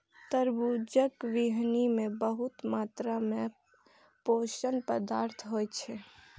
तरबूजक बीहनि मे बहुत मात्रा मे पोषक पदार्थ होइ छै